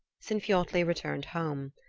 sinfiotli returned home.